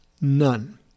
None